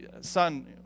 son